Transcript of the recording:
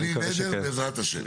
בלי נדר, בעזרת השם.